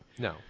No